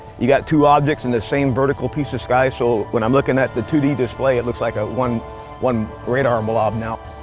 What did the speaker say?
you got two objects in the same vertical piece of sky. so when i'm looking at the two d display, it looks like ah one one radar and blob now.